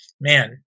man